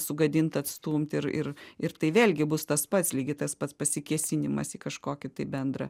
sugadint atstumt ir ir ir tai vėlgi bus tas pats lygiai tas pats pasikėsinimas į kažkokį tai bendrą